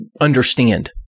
understand